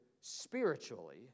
spiritually